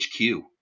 HQ